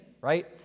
right